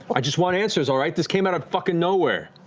i just want answers, all right? this came out of fucking nowhere.